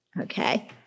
Okay